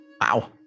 Wow